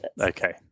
okay